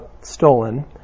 stolen